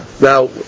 Now